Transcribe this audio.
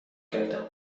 کردم